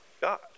God